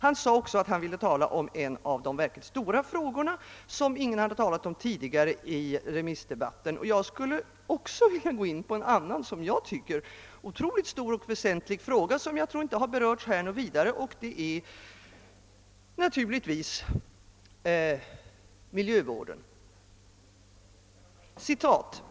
Han sade också att han ville tala om en av de verkligt stora frågor som ingen hade talat om tidigare i remissdebatten. Jag skulle också vilja gå in på en annan som jag tycker otroligt stor och väsentlig fråga, som jag tror inte har berörts här något vidare. Det är naturligtvis miljövården.